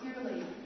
clearly